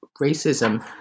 racism